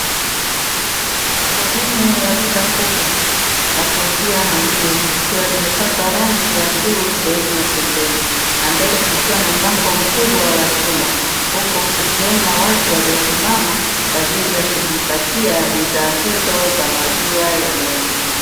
Sehemu ya duka kubwa la kuuzia maziwa likiwa limepakwa rangi ya bluu sehemu ya pembeni, na mbele kukiwa na mlango mkubwa wa chuma huku tukiona watu waliosimama kwa ajili ya kujipatia bidhaa hizo za maziwa ya ng'ombe.